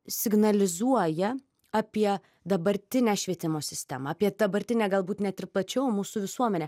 signalizuoja apie dabartinę švietimo sistemą apie dabartinę galbūt net ir plačiau mūsų visuomenę